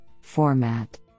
format